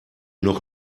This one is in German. noch